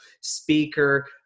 speaker